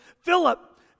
Philip